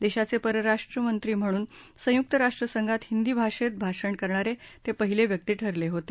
देशाचे परराष्ट्रमंत्री म्हणून संयुक्त राष्ट्रसंघात हिंदी भाषेत भाषण करणारे ते पहिले व्यक्ती ठरले होते